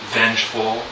vengeful